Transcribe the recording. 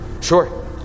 Sure